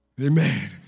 Amen